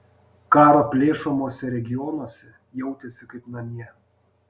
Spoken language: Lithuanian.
karo plėšomuose regionuose jautėsi kaip namie